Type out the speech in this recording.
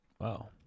Wow